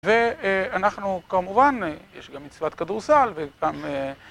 ואנחנו כמובן, יש גם מצוות כדורסל וגם...